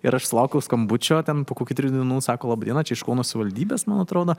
ir aš sulaukiau skambučio ten po kokių trijų dienų sako laba diena čia iš kauno savivaldybės man atrodo